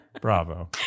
Bravo